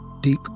Deep